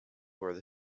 where